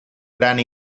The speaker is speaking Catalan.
gran